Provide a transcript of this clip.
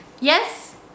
Yes